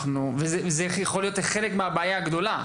וזה יכול להיות חלק מהבעיה הגדולה,